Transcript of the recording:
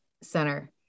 center